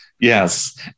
Yes